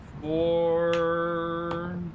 four